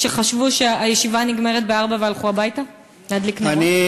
שחשבו שהישיבה נגמרת ב-16:00 והלכו הביתה להדליק נרות?